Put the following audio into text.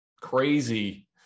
crazy